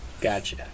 Gotcha